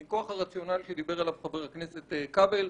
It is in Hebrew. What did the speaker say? מכוח הרציונל שדיבר עליו חבר הכנסת כבל,